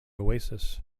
oasis